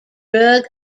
drug